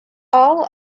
all